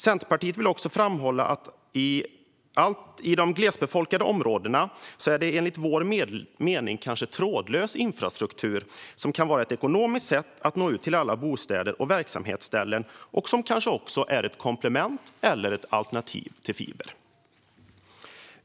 Vi vill också framhålla att i de glesbefolkade områdena kan enligt vår mening trådlös infrastruktur vara ett ekonomiskt sätt att nå ut till alla bostäder och verksamhetsställen som ett komplement eller alternativ till fiber.